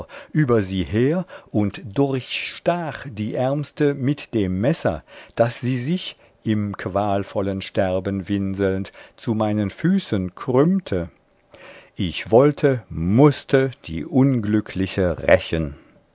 über sie her und durchstach die ärmste mit dem messer daß sie sich im qualvollen sterben winselnd zu meinen füßen krümmte ich wollte mußte die unglückliche rächen